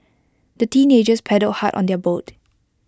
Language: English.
the teenagers paddled hard on their boat